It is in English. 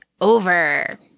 over